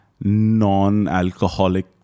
non-alcoholic